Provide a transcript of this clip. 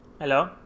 Hello